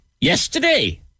Yesterday